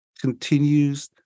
continues